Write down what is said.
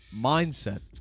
mindset